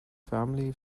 family